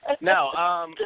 no